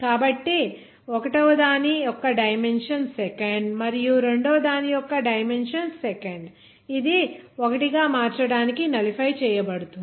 కాబట్టి 1 వ దాని యొక్క డైమెన్షన్స్ సెకండ్ మరియు రెండవ దాని యొక్క డైమెన్షన్స్ సెకండ్ ఇది 1 గా మార్చడానికి నలిఫై చేయబడుతుంది